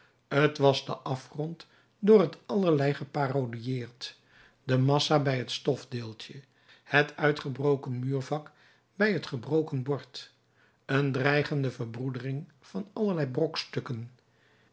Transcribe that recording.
t was de afgrond door het allerlei geparodiëerd de massa bij het stofdeeltje het uitgebroken muurvak bij het gebroken bord een dreigende verbroedering van allerlei brokstukken